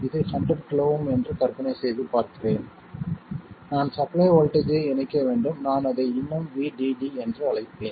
இது 100 KΩ என்று கற்பனை செய்து பார்க்கிறேன் நான் சப்ளை வோல்ட்டேஜ் ஐ இணைக்க வேண்டும் நான் அதை இன்னும் VDD என்று அழைப்பேன்